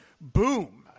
boom